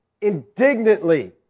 indignantly